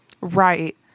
Right